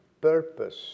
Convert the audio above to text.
purpose